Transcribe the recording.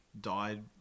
died